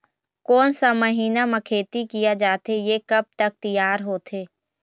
कोन सा महीना मा खेती किया जाथे ये कब तक तियार होथे?